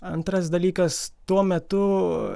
antras dalykas tuo metu